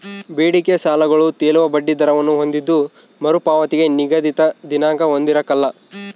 ಬೇಡಿಕೆ ಸಾಲಗಳು ತೇಲುವ ಬಡ್ಡಿ ದರವನ್ನು ಹೊಂದಿದ್ದು ಮರುಪಾವತಿಗೆ ನಿಗದಿತ ದಿನಾಂಕ ಹೊಂದಿರಕಲ್ಲ